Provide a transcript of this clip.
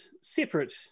Separate